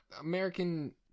American